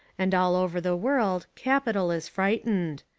and all over the world capital is frightened.